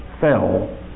fell